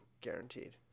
guaranteed